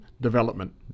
development